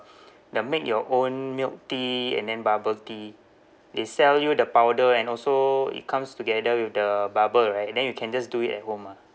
the make your own milk tea and then bubble tea they sell you the powder and also it comes together with the bubble right then you can just do it at home mah